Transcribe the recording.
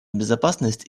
безопасность